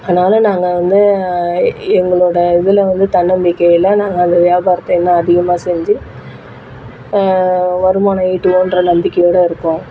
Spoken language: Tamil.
அதனாலே நாங்கள் வந்து எ எங்களோடய இதில் வந்து தன்னம்பிக்கையில் நாங்கள் அந்த வியாபாரத்தை இன்னும் அதிகமாக செஞ்சு வருமானம் ஈட்டுவோன்கிற நம்பிக்கையோடு இருக்கோம்